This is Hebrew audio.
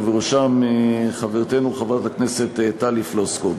ובראשם חברתנו חברת הכנסת טלי פלוסקוב.